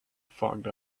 fogged